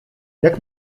jak